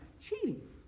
cheating